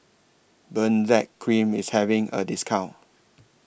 Benzac Cream IS having A discount